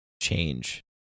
change